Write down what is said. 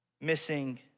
missing